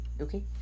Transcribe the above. okay